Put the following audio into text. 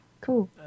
Cool